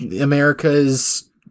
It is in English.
America's